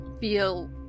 feel